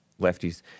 lefties